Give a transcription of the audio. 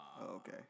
Okay